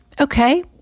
okay